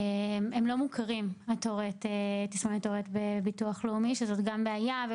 הם לא מוכרים בביטוח לאומי שזו גם בעיה.